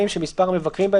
(ז)